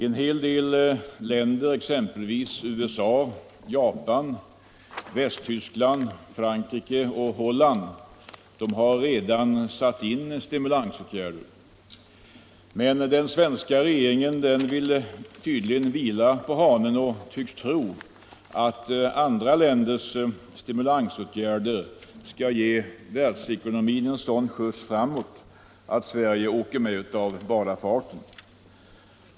En rad länder, exempelvis USA, Japan, Västtyskland, Frankrike och Holland, har redan satt in stimulansåtgärder. Men den svenska regeringen vill vila på hanen och tycks tro att andra länders stimulansåtgärder skall ge världsekonomin en sådan skjuts framåt att Sverige åker med av bara farten.